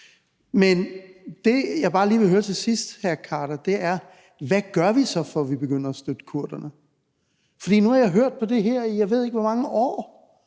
Men det, jeg bare lige vil høre hr. Naser Khader om til sidst, er, hvad vi så gør, før vi begynder at støtte kurderne. For nu har jeg hørt i, jeg ved ikke hvor mange år,